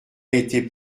été